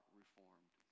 reformed